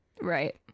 Right